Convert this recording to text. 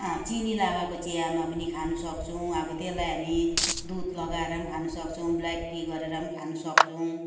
चिनी लगाएको चियामा पनि खानु सक्छौँ अब त्यसलाई हामी दुध लगाएर खानु सक्छौँ ब्ल्याक टी गरेर खानु सक्छौँ